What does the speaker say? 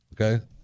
Okay